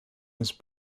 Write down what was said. his